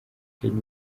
kenya